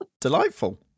delightful